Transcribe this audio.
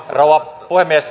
rouva puhemies